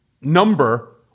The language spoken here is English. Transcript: number